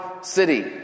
city